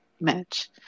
match